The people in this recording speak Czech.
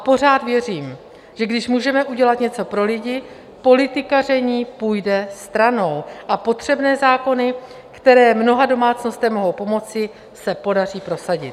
Pořád věřím, že když můžeme udělat něco pro lidi, politikaření půjde stranou a potřebné zákony, které mnoha domácnostem mohou pomoci, se podaří prosadit.